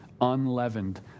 unleavened